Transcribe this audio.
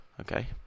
Okay